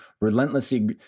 relentlessly